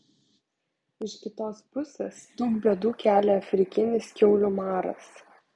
iš kitos pusės daug bėdų kelia afrikinis kiaulių maras